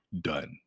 done